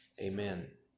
Amen